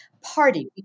party